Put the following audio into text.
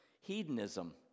Hedonism